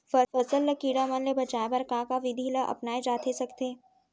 फसल ल कीड़ा मन ले बचाये बर का का विधि ल अपनाये जाथे सकथे?